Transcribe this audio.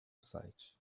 site